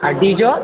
आ डीजल